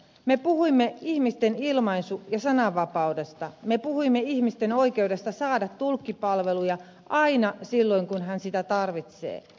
me puhuimme ihmisten ilmaisu ja sananvapaudesta me puhuimme ihmisten oikeudesta saada tulkkipalveluja aina silloin kun hän niitä tarvitsee